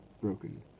broken